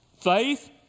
Faith